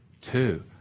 two